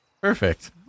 Perfect